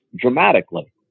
dramatically